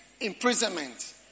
imprisonment